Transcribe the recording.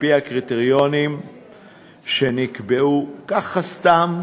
על-פי הקריטריונים שנקבעו ככה סתם,